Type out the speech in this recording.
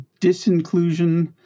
disinclusion